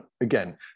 Again